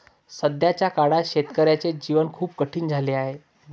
सध्याच्या काळात शेतकऱ्याचे जीवन खूप कठीण झाले आहे